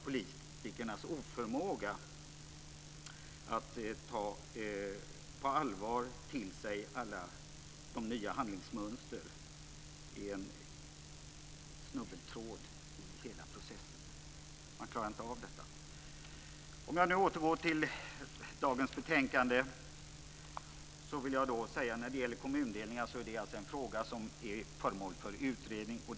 Politikernas oförmåga att på allvar ta till sig alla de nya handlingsmönstren är en snubbeltråd i hela processen. Man klarar inte av detta. Om jag nu återgår till dagens betänkande vill jag säga att frågan om kommundelningar är föremål för utredning.